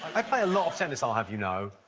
i play a lot of tennis, i'll have you know.